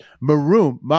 Maroon